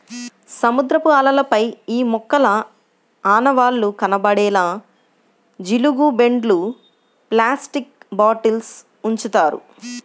సముద్రపు అలలపై ఈ మొక్కల ఆనవాళ్లు కనపడేలా జీలుగు బెండ్లు, ప్లాస్టిక్ బాటిల్స్ ఉంచుతారు